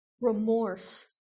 remorse